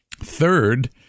Third